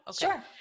Sure